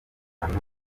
bantu